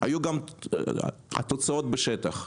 היו גם תוצאות בשטח.